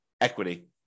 equity